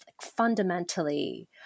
fundamentally